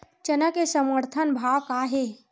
चना के समर्थन भाव का हे?